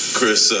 Chris